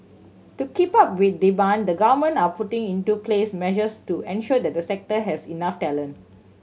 to keep up with demand the government are putting into place measures to ensure that the sector has enough talent